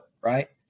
right